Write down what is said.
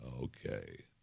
Okay